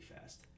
fast